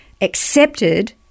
accepted